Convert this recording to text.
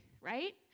right